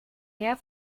mehr